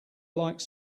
like